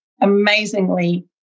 amazingly